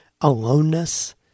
aloneness